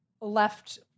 left